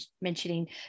mentioning